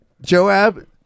Joab